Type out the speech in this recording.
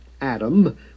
Adam